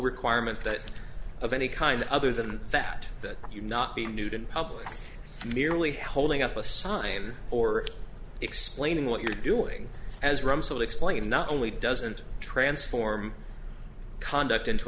requirement that of any kind other than that that you not be nude in public merely holding up a sign or explaining what you're doing as rumsfeld explained not only doesn't transform conduct into